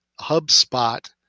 hubspot